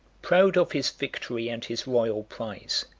proud of his victory and his royal prize,